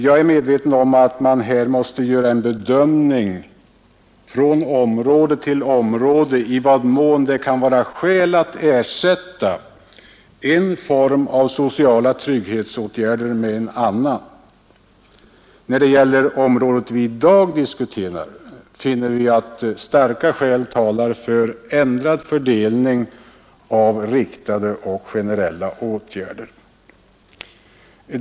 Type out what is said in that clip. Jag är medveten om att man här måste göra en bedömning på område för område i vad mån det kan vara skäl i att ersätta en form av sociala trygghetsåtgärder med en annan. När det gäller det område som vi i dag diskuterar finner vi starka skäl tala för ändrad fördelning av riktade och generella åtgärder.